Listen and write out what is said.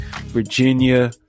virginia